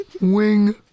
Wing